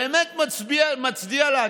באמת מצדיע לה.